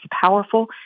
powerful